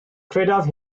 credaf